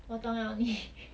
我懂 liao